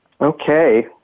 Okay